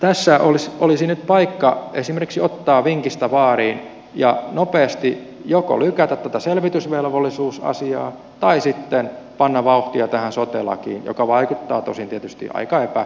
tässä olisi nyt paikka esimerkiksi ottaa vinkistä vaarin ja nopeasti joko lykätä tätä selvitysvelvollisuusasiaa tai sitten panna vauhtia tähän sote lakiin mikä vaikuttaa tosin tietysti aika